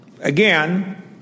again